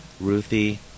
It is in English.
Ruthie